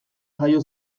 jaio